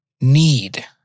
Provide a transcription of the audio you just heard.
need